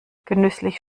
genüsslich